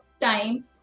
time